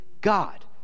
God